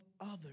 others